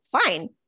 fine